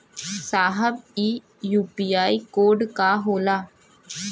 साहब इ UPI code का होला?